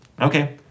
Okay